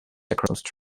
across